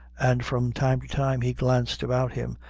and from time to time he glanced about him,